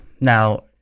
Now